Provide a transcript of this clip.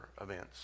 events